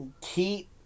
keep